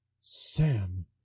Sam